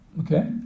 okay